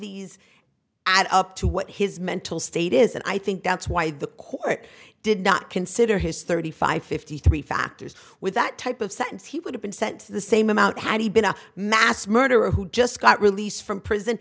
these add up to what his mental state is and i think that's why the court did not consider his thirty five fifty three factors with that type of sentence he would have been sent the same amount had he been a mass murderer who just got released from prison